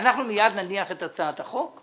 מייד נניח את הצעת החוק,